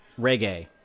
reggae